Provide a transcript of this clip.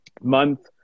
month